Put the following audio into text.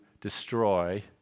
destroy